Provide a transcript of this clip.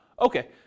okay